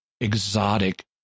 exotic